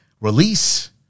release